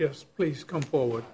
yes please come forward